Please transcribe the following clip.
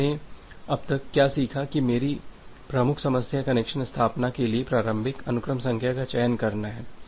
अब हमने अब तक क्या सीखा है कि मेरी प्रमुख समस्या कनेक्शन स्थापना के लिए प्रारंभिक अनुक्रम संख्या का चयन करना है